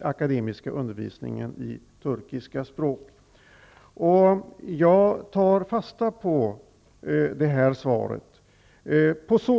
akademiska undervisningen i turkiska språk. Jag tar fasta på det här svaret.